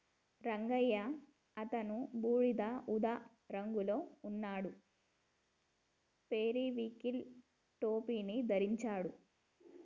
రంగయ్య అతను బూడిద ఊదా రంగులో ఉన్నాడు, పెరివింకిల్ టోపీని ధరించాడు